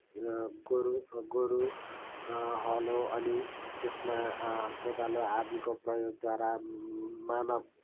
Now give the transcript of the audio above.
गोरु गोरु हलो अनि त्यसमा कोदालो आदिको प्रयोगद्वारा मानव